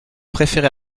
préféré